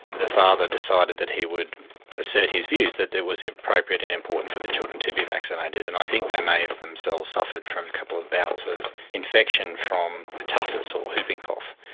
the father decided that he would assert his views, that there was, appropriate and important for the children to be vaccinated. and i think they may have themselves suffered from a couple of bouts of infection from pertussis or whooping cough.